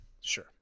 sure